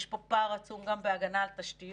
יש פה פער עצום גם בהגנה על תשתיות.